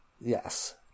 Yes